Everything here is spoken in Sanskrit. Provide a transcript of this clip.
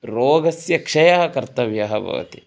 रोगस्य क्षयः कर्तव्यः भवति